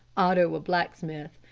otto a blacksmith,